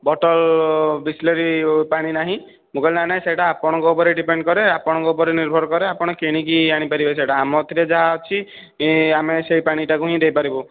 bottle Bisleri ପାଣି ନାହିଁ ମୁଁ କହିଲି ନାହିଁ ନାହିଁ ସେଟା ଆପଣଙ୍କ ଉପରେ ଡିପେଣ୍ଡ କରେ ଆପଣଙ୍କ ଉପରେ ନିର୍ଭର କରେ ଆପଣ କିଣିକି ଆଣିପାରିବେ ସେଇଟା ଆମଥିରେ ଯାହା ଅଛି ଆମେ ସେ ପାଣିଟାକୁ ହିଁ ଦେଇପାରିବୁ